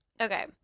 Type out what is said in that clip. Okay